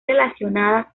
relacionada